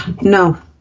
No